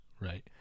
right